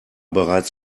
bereits